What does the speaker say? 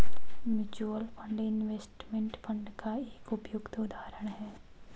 mutual fund investment fund का एक उपयुक्त उदाहरण है